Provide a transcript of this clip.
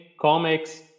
comics